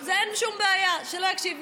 אין שום בעיה, שלא יקשיב.